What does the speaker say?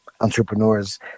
entrepreneurs